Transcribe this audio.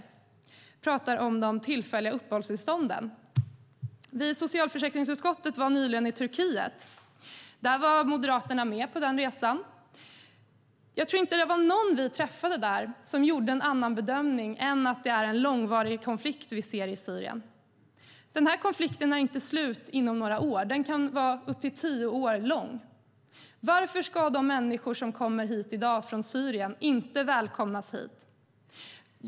Jag talar om de tillfälliga uppehållstillstånden. Vi i socialförsäkringsutskottet var nyligen i Turkiet. Moderaterna var med på den resan. Jag tror inte att någon vi träffade där gjorde en annan bedömning än att det är en långvarig konflikt vi ser i Syrien. Konflikten tar inte slut inom några år. Den kan bli upp till tio år lång. Varför ska de människor som kommer hit i dag från Syrien inte välkomnas hit?